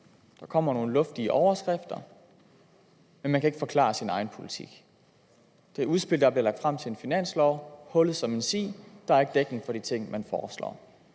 Der kommer nogle luftige overskrifter, men man kan ikke forklare sin egen politik. Det udspil, der blev lagt frem til en finanslov, er hullet som en si, der er ikke dækning for de ting, man foreslår.